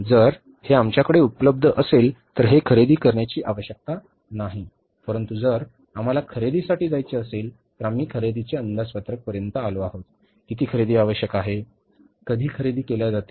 जर हे आमच्याकडे उपलब्ध असेल तर हे खरेदी करण्याची आवश्यकता नाही परंतु जर आम्हाला खरेदीसाठी जायचे असेल तर आम्ही खरेदीचे अंदाजपत्रक पर्यंत आलो आहोत किती खरेदी आवश्यक आहे आणि कधी खरेदी केल्या जातील